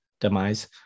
demise